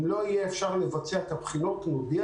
אם לא יהיה אפשר לבצע את הבחינות נודיע